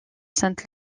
saint